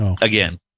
again